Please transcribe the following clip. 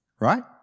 Right